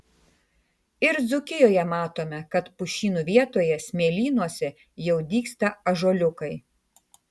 ir dzūkijoje matome kad pušynų vietoje smėlynuose jau dygsta ąžuoliukai